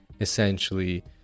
essentially